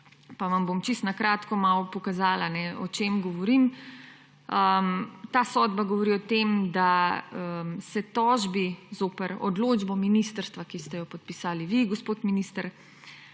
pa vam bom čisto na kratko malo pokazala, o čem govorim. Ta sodba govori o tem, da se tožbi zoper odločbo ministrstva, ki ste jo podpisali vi, gospod minister,